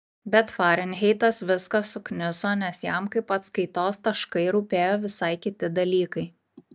bet farenheitas viską sukniso nes jam kaip atskaitos taškai rūpėjo visai kiti dalykai